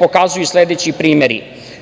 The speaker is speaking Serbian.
pokazuju sledeći primeri.